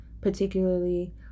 particularly